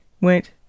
went